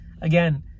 again